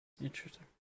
interesting